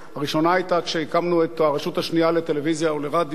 הראשונה היתה כשהקמנו את הרשות השנייה לטלוויזיה ולרדיו,